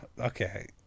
Okay